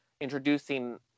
introducing